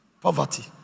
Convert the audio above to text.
Poverty